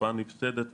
תופעה נפסדת,